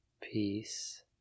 peace